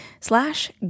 slash